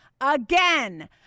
Again